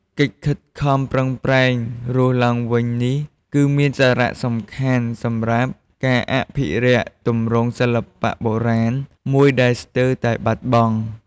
កិច្ចខិតខំប្រឹងប្រែងរស់ឡើងវិញនេះគឺមានសារៈសំខាន់សម្រាប់ការអភិរក្សទម្រង់សិល្បៈបុរាណមួយដែលស្ទើតែបាត់បង់។